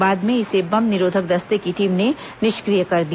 बाद में निरोधक दस्ते की टीम ने निष्क्रिय कर दिया